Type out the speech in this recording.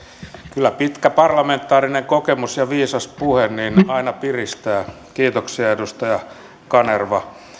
kyllä pitkä parlamentaarinen kokemus ja viisas puhe aina piristää kiitoksia edustaja kanerva